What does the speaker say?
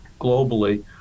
globally